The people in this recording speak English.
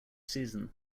season